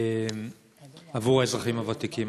עבור האזרחים הוותיקים.